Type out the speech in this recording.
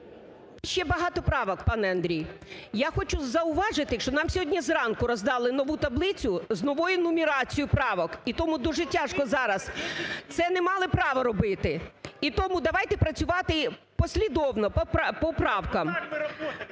Ще багато правок, пане Андрій. Я хочу зауважити, що нам сьогодні зранку роздали нову таблицю з новою нумерацією правок, і тому дуже тяжко зараз. Це не мали права робити. І тому давайте працювати послідовно по правках.